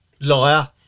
liar